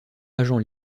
agent